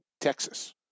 Texas